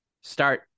start